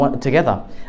together